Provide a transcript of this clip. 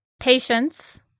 patience